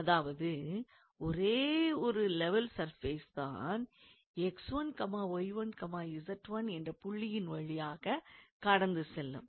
அதாவது ஒரே ஒரு லெவல் சர்ஃபேஸ் தான் 𝑥1𝑦1𝑧1 என்ற புள்ளியின் வழியாகக் கடந்து செல்லும்